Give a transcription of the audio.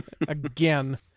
again